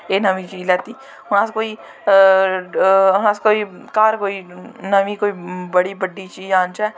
एह् नमीं चीज़ लैत्ती हून अस कोई अस कोई घर कोई नमीं कोई बड़ी बड्डी चीज़ आनचै